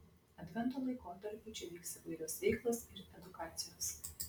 advento laikotarpiu čia vyks įvairios veiklos ir edukacijos